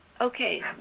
okay